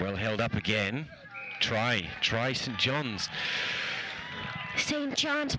well held up again try try some john